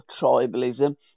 tribalism